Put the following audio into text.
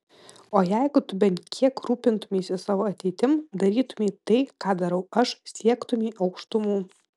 o jeigu tu bent kiek rūpintumeisi savo ateitim darytumei tai ką darau aš siektumei aukštumų